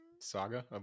saga